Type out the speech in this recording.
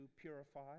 purify